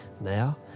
Now